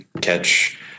catch